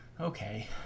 okay